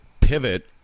pivot